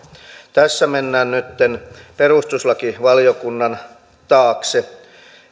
tässä mennään nytten perustuslakivaliokunnan taakse